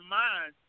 mind